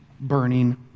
burning